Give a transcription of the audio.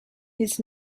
his